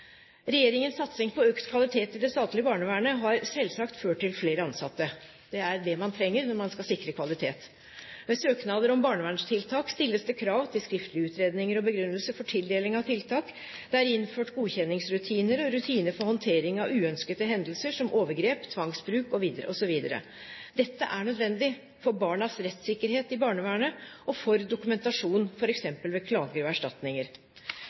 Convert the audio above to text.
Regjeringens satsing på økt kvalitet i det statlige barnevernet har selvsagt ført til flere ansatte. Det er det man trenger når man skal sikre kvalitet. Ved søknader om barnevernstiltak stilles det krav til skriftlige utredninger og begrunnelser for tildeling av tiltak. Det er innført godkjenningsrutiner og rutiner for håndtering av uønskede hendelser, som overgrep, tvangsbruk osv. Dette er nødvendig for barnas rettssikkerhet i barnevernet, og for dokumentasjon f.eks. ved klager og erstatninger.